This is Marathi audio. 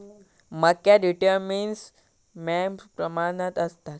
मक्यात व्हिटॅमिन सी मॉप प्रमाणात असता